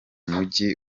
mujyi